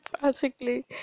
practically